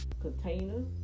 containers